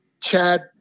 Chad